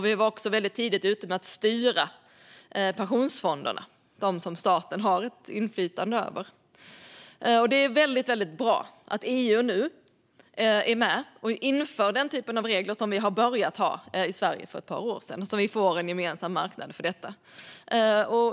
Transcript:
Vi var också väldigt tidigt ute med att styra de pensionsfonder som staten har ett inflytande över. Det är väldigt bra att EU nu är med och inför den typ av regler som vi började ha i Sverige för ett par år sedan, så att vi får en gemensam marknad för detta.